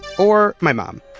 or my mom.